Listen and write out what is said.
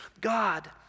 God